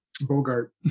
Bogart